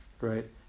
right